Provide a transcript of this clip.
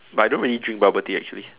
but I don't really drink bubble tea actually